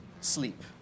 sleep